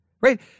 right